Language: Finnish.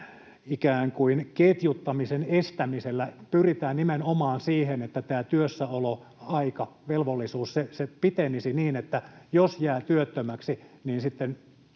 ikään kuin ketjuttamisen estämisellä pyritään nimenomaan siihen, että tämä työssäoloaika, velvollisuus, se pitenisi niin, että jos jää työttömäksi, niin sitten